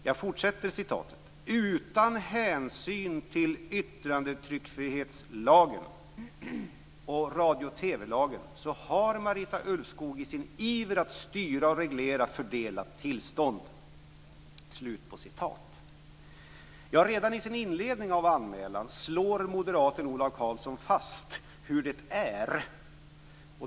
Jag fortsätter att läsa ur anmälan: Utan hänsyn till yttrandefrihetsgrundlagen och Radio och TV-lagen har Marita Ulvskog i sin iver att styra och reglera fördelat tillstånd. Redan i sin inledning av anmälan slår moderaten Ola Karlsson fast hur det är.